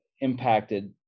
impacted